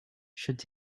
should